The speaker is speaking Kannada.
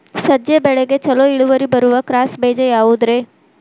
ಸಜ್ಜೆ ಬೆಳೆಗೆ ಛಲೋ ಇಳುವರಿ ಬರುವ ಕ್ರಾಸ್ ಬೇಜ ಯಾವುದ್ರಿ?